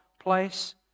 place